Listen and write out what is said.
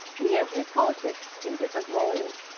we entered politics in different roles,